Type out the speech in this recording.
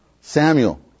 Samuel